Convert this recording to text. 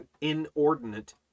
inordinate